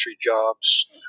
jobs